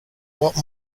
what